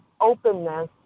openness